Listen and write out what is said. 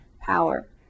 power